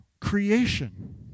creation